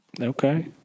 Okay